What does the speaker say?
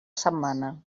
setmana